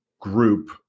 group